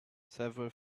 several